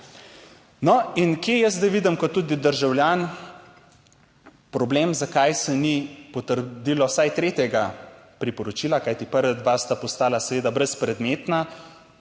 kje jaz zdaj vidim kot tudi državljan problem, zakaj se ni potrdilo vsaj tretjega priporočila? Kajti prva dva sta postala seveda brezpredmetna,